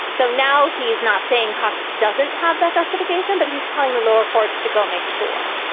so now he is not saying congress doesn't have that justification, but he's telling the lower courts to go make sure.